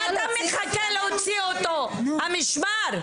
מה אתה מחכה להוציא אותו, המשמר?